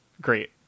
Great